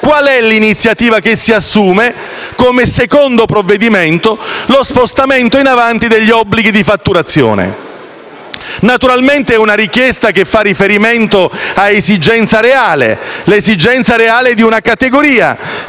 qual è l'iniziativa che si assume come secondo provvedimento? Lo spostamento in avanti degli obblighi di fatturazione. Naturalmente, è una richiesta che fa riferimento a un'esigenza reale: l'esigenza reale di una categoria,